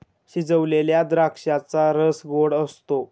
शिजवलेल्या द्राक्षांचा रस गोड असतो